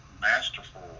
masterful